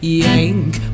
yank